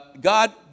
God